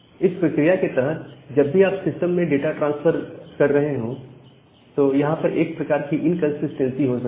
इस प्रक्रिया के तहत जब भी आप सिस्टम को डाटा ट्रांसफर कर रहे हैं तो यहां पर एक प्रकार की इनकंसिस्टेंसी हो सकती है